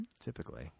Typically